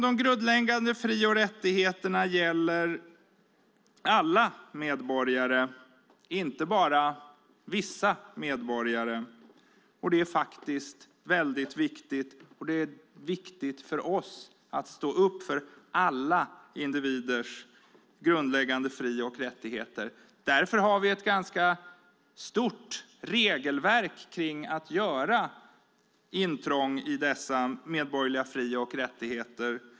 De grundläggande fri och rättigheterna gäller alla medborgare, inte bara vissa medborgare, och det är faktiskt viktigt. Det är viktigt för oss att stå upp för alla individers grundläggande fri och rättigheter. Därför har vi ett ganska stort regelverk kring att göra intrång i dessa medborgerliga fri och rättigheter.